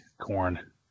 corn